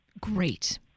Great